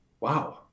Wow